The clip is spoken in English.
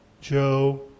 Joe